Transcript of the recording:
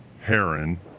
Heron